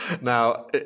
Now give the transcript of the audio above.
now